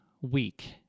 week